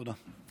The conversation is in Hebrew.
תודה.